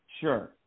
sure